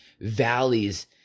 valleys